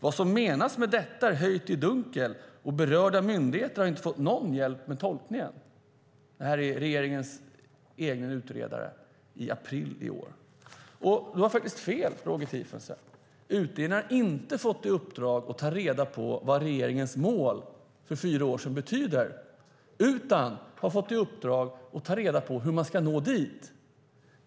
Vad som menas med detta är höljt i dunkel, och berörda myndigheter har inte fått någon hjälp med tolkningen. Det här är regeringens egen utredare i april i år. Roger Tiefensee har faktiskt fel. Utredningen har inte fått i uppdrag att ta reda på vad regeringens mål för fyra år sedan betyder, utan den har fått i uppdrag att ta reda på hur man ska nå dit.